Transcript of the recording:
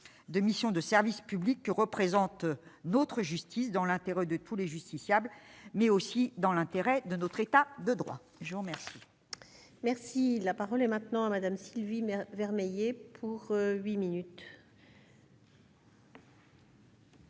de missions de service public que représente notre justice, dans l'intérêt de tous les justiciables, mais aussi dans l'intérêt de notre état de droit, je vous remercie. Merci, la parole est maintenant à Madame Sylvie mais vermeil et pour 8 minutes.